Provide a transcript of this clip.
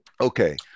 Okay